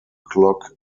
clock